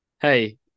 Hey